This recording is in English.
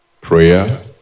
Prayer